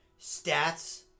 stats